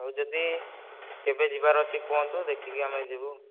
ହଉ ଯଦି କେବେ ଯିବାର ଅଛନ୍ତି କୁହନ୍ତୁ ଦେଖିକି ଆମେ ଯିବୁ